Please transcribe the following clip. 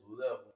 level